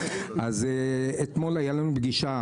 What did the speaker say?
אז אתמול הייתה לנו פגישה,